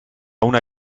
una